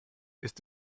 ist